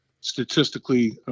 statistically